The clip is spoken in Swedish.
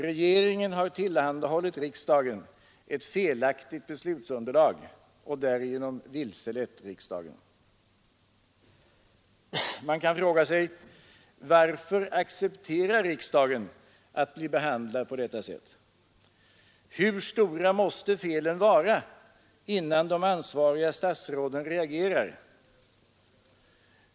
Regeringen har tillhandahållit riksdagen ett felaktigt beslutsunderlag och därigenom vilselett riksdagen. Man kan fråga sig: Varför accepterar riksdagen att bli behandlad på detta sätt? Hur stora måste felen vara innan de ansvariga statsråden reagerar?